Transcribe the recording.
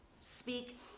speak